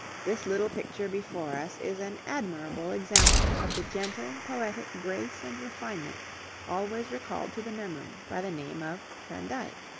this little picture before us is an admirable example of the gentle poetic grace and refinement always recalled to the memory by the name of van dyck.